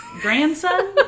grandson